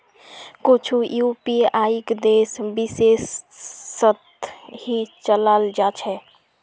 कुछु यूपीआईक देश विशेषत ही चलाल जा छे